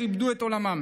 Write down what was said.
אשר איבדו את כל עולמם.